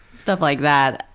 stuff like that.